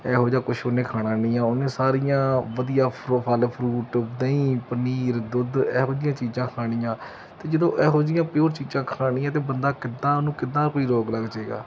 ਇਹੋ ਜਿਹਾ ਕੁਛ ਉਹਨੇ ਖਾਣਾ ਨਹੀਂ ਆ ਉਹਨੇ ਸਾਰੀਆਂ ਵਧੀਆ ਫ ਫਲ ਫਰੂਟ ਦਹੀਂ ਪਨੀਰ ਦੁੱਧ ਇਹੋ ਜਿਹੀਆਂ ਚੀਜ਼ਾਂ ਖਾਣੀਆਂ ਅਤੇ ਜਦੋਂ ਇਹੋ ਜਿਹੀਆਂ ਪਿਓਰ ਚੀਜ਼ਾਂ ਖਾਣੀਆਂ ਅਤੇ ਬੰਦਾ ਕਿੱਦਾਂ ਉਹਨੂੰ ਕਿੱਦਾਂ ਕੋਈ ਰੋਗ ਲੱਗ ਜਾਏਗਾ